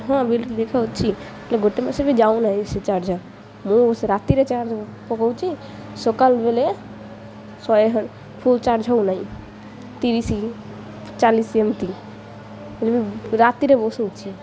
ହଁ ବିଲ୍ ଦେଖ ଅଛି ହେଲେ ଗୋଟେ ମାସେ ବି ଯାଉନାହିଁ ସେ ଚାର୍ଜର୍ ମୁଁ ସେ ରାତିରେ ଚାର୍ଜ ପକାଉଛି ସକାଳ ବେଳେ ଶହେ ଫୁଲ୍ ଚାର୍ଜ ହଉ ନାହିଁ ତିରିଶ ଚାଳିଶ ଏମିତି ରାତିରେ ବସୁଛି